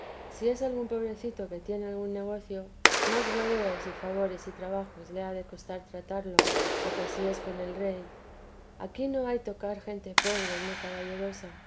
si es algún pobrecito que tiene algún negocio más rodeos y favores y trabajos le ha de costar tratarlo oh que si es con el rey aquí no hay tocar gente pobre y no caballerosa